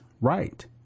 right